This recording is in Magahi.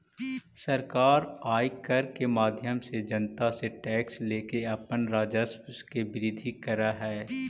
सरकार आयकर के माध्यम से जनता से टैक्स लेके अपन राजस्व के वृद्धि करऽ हई